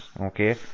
okay